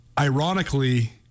ironically